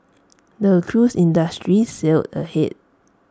the cruise industry sailed ahead